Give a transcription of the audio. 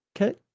Okay